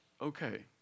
okay